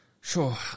sure